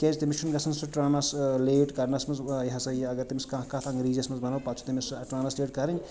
کیٛازِ تٔمِس چھُنہٕ گژھان سُہ ٹرٛانسلیٹ کَرنَس منٛز یہِ ہسا یہِ اَگر تٔمِس کانٛہہ کَتھ اَنٛگریٖزیَس منٛز وَنو پَتہٕ چھُ تٔمِس سُہ ٹرٛانسلیٹ کَرٕنۍ